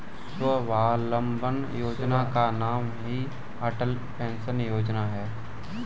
स्वावलंबन योजना का ही नाम अटल पेंशन योजना है